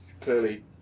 clearly